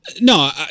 No